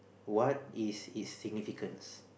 what is its significance